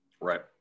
Right